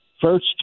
first